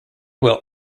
will